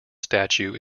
statue